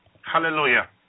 Hallelujah